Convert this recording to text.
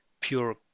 pure